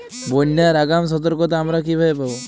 বন্যার আগাম সতর্কতা আমরা কিভাবে পাবো?